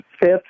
fifth